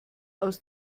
aus